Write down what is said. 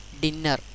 dinner